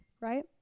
right